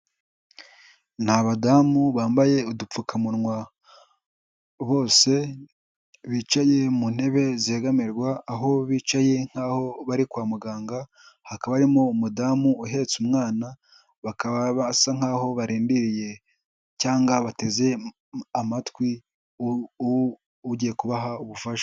Ni abadamu bambaye udupfukamunwa bose, bicaye mu ntebe zegamirwa, aho bicaye nk'aho bari kwa muganga, hakaba harimo umudamu uhetse umwana, bakaba ba asa nkaho barendiye cyangwa bateze amatwi ugiye kubaha ubufasha.